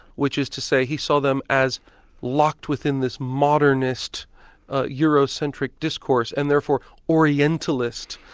which is to say he saw them as locked within this modernist eurocentric discourse, and therefore orientalist,